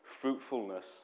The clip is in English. fruitfulness